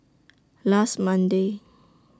last Monday